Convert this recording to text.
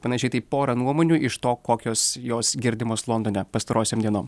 panašiai taip porą nuomonių iš to kokios jos girdimos londone pastarosiom dienom